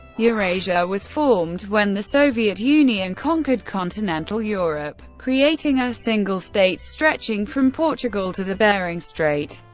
eurasia was formed when the soviet union conquered continental europe, creating a single state stretching from portugal to the bering strait.